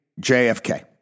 JFK